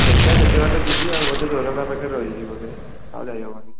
ଦେଖିବା ଯେତେ ବାଟ ଯିବି ଆଉ ବୋଧେ ଜୋରନ୍ଦା ପାଖେ ରହିବି ବୋଧେ ଆଉ ଯାଇହେବନି